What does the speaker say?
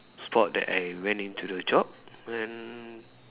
spot that I went into the job then